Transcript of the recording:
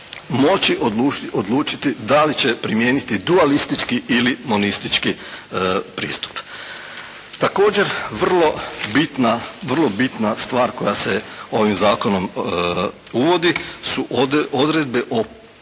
moći odlučiti da li će primijeniti dualistički ili monistički pristup. Također vrlo bitna, vrlo bitna stvar koja se ovim Zakonom uvodi su odredbe o